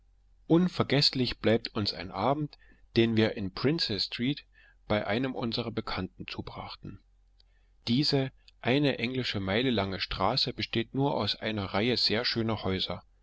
unvergeßlich bleibt uns ein abend den wir in princes street bei einem unserer bekannten zubrachten diese eine englische meile lange straße besteht nur aus einer reihe sehr schöner häuser